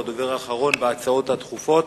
הוא הדובר האחרון בהצעות הדחופות,